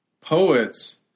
poets